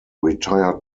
retired